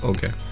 Okay